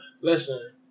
Listen